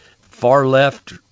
far-left